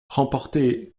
remportée